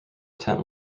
tent